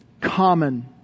common